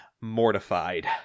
mortified